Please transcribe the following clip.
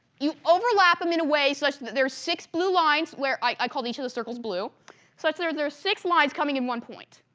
you overlap them in a way so that there's six blue lines where i call each of the circles blue sort of so there's six lines coming in one point.